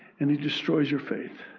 and he destroys your faith.